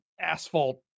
asphalt